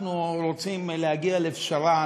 אנחנו רוצים להגיע לפשרה,